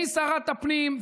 היא שרת הפנים,